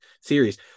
series